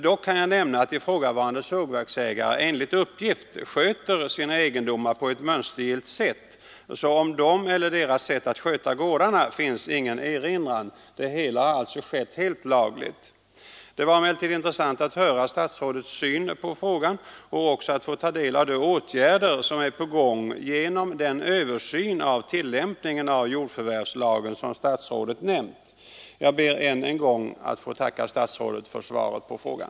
Dock kan jag nämna att ifrågavarande sågverksägare enligt uppgift sköter sina egendomar på ett mönstergillt sätt, så mot dem eller deras sätt att sköta gårdarna finns ingen erinran. Det hela har alltså skett helt lagligt. Det var emellertid intressant att höra statsrådets synpunkter på frågan och också att få ta del av de åtgärder som är på gång genom den översyn av tillämpningen av jordförvärvslagen som statsrådet nämnt. Jag ber än en gång att få tacka statsrådet för svaret på frågan.